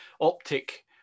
optic